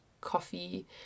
coffee